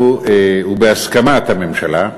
ובהסכמת הממשלה,